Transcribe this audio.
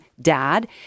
dad